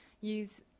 use